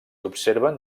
observen